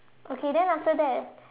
okay then after that